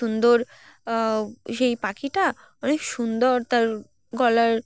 সুন্দর সেই পাখিটা অনেক সুন্দর তার গলার